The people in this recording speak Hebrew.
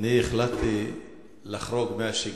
אני החלטתי לחרוג מהשגרה,